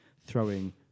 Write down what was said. throwing